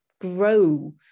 grow